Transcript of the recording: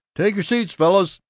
take your seats, fellows!